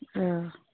औ